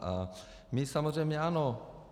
A my samozřejmě ano.